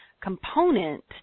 component